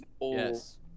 Yes